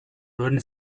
würden